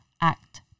act